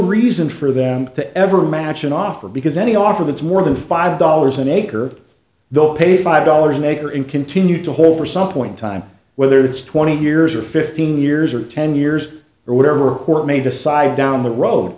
reason for them to ever match an offer because any offer that's more than five dollars an acre they'll pay five dollars an acre in continue to hold for some point time whether it's twenty years or fifteen years or ten years or whatever who or may decide down the road